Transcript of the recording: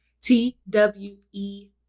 T-W-E